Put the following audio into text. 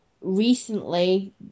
recently